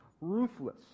ruthless